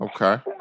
Okay